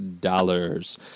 dollars